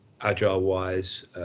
agile-wise